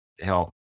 help